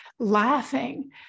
Laughing